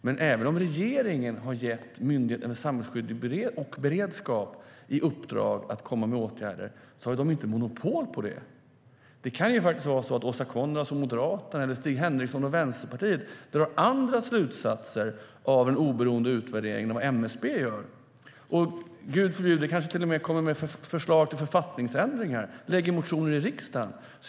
Men även om regeringen har gett Myndigheten för samhällsskydd och beredskap i uppdrag att komma med förslag till åtgärder har den inte monopol på det. Det kan vara så att Åsa Coenraads och Moderaterna eller Stig Henriksson och Vänsterpartiet drar andra slutsatser av en oberoende utvärdering än vad MSB gör. De kanske, Gud förbjude, till och med kommer med förslag till författningsändringar och väcker motioner i riksdagen.